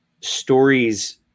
stories